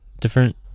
different